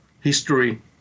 history